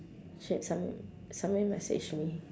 shit some~ somebody messaged me